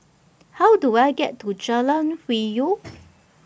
How Do I get to Jalan Hwi Yoh